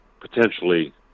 potentially